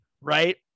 right